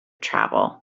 travel